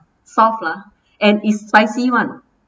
soft lah and is spicy [one]